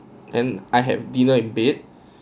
and I have dinner in bed